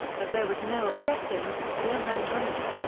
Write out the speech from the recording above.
but there was no objecting, no hand-wringing.